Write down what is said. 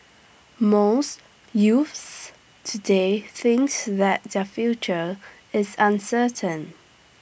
most youths today thinks that their future is uncertain